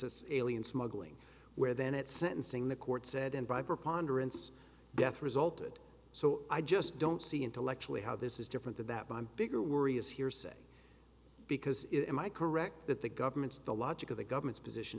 as alien smuggling where then at sentencing the court said and by preponderance death resulted so i just don't see intellectually how this is different that my bigger worry is hearsay because my correct that the government's the logic of the government's position